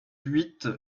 huit